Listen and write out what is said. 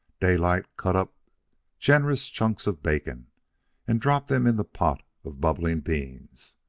daylight cut up generous chunks of bacon and dropped them in the pot of bubbling beans.